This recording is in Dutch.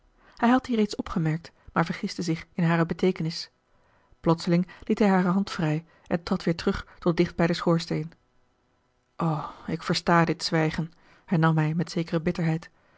hij had die reeds opgemerkt maar vergiste zich in hare beteekenis plotseling liet hij hare hand vrij en trad weêr terug tot dicht bij den schoorsteen o ik versta dit zwijgen hernam hij met zekere bitterheid